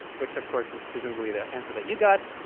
which of course is presumably the answer that you got.